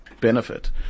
benefit